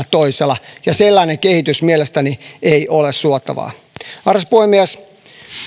toisella ja sellainen kehitys mielestäni ei ole suotavaa arvoisa puhemies